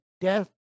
death